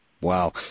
Wow